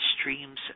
streams